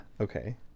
okay